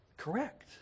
Correct